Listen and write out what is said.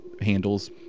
handles